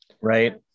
right